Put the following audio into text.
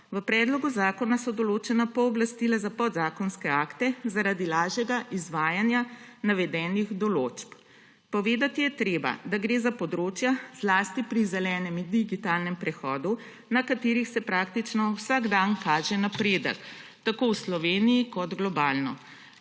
V predlogu zakona so določena pooblastila za podzakonske akte zaradi lažjega izvajanja navedenih določb. Povedati je treba, da gre za področja zlasti pri zelenem in digitalnem prehodu, na katerih se praktično vsak dan kaže napredek tako v Sloveniji kot globalno,